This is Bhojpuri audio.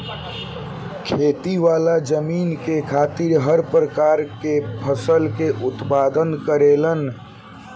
खेती वाला जमीन में खेतिहर हर प्रकार के फसल के उत्पादन करेलन